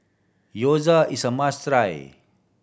gyoza is a must try